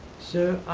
sir,